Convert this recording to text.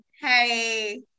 hey